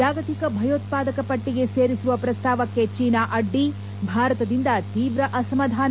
ಜಾಗತಿಕ ಭಯೋತ್ಸಾದಕ ಪಟ್ಟಿಗೆ ಸೇರಿಸುವ ಪ್ರಸ್ತಾವಕ್ಕೆ ಚೀನಾ ಅಡ್ಡಿ ಭಾರತದಿಂದ ತೀವ್ರ ಅಸಮಾಧಾನ